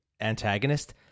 antagonist